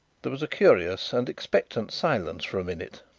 there was a curious and expectant silence for a minute.